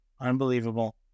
unbelievable